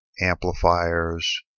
amplifiers